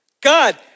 God